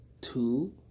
two